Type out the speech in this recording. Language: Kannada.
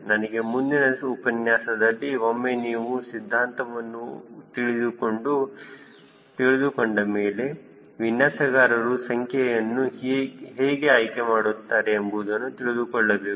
ನನ್ನ ಮುಂದಿನ ಉಪನ್ಯಾಸದಲ್ಲಿ ಒಮ್ಮೆ ನೀವು ಸಿದ್ಧಾಂತವನ್ನು ತಿಳಿದುಕೊಂಡ ಮೇಲೆ ವಿನ್ಯಾಸಗಾರರು ಸಂಖ್ಯೆಯನ್ನು ಹೇಗೆ ಆಯ್ಕೆ ಮಾಡುತ್ತಾರೆ ಎಂಬುದನ್ನು ತಿಳಿದುಕೊಳ್ಳಬೇಕು